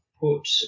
put